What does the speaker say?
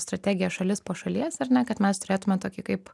strategija šalis po šalies ar ne kad mes turėtume tokį kaip